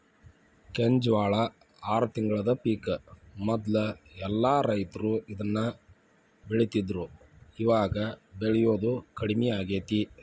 ಕೆಂಜ್ವಾಳ ಆರ ತಿಂಗಳದ ಪಿಕ್ ಮೊದ್ಲ ಎಲ್ಲಾ ರೈತರು ಇದ್ನ ಬೆಳಿತಿದ್ರು ಇವಾಗ ಬೆಳಿಯುದು ಕಡ್ಮಿ ಆಗೇತಿ